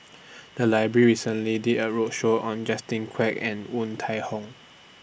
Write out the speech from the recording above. The Library recently did A roadshow on Justin Quek and Woon Tai Ho